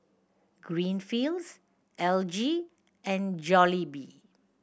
Greenfields L G and Jollibee